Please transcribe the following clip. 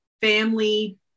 family